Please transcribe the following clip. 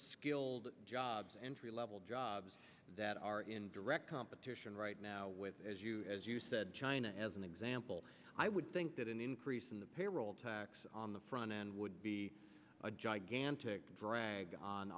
skilled jobs entry level jobs that are in direct competition right now with as you as you said china as an example i would think that an increase in the payroll tax on the front end would be a gigantic drag on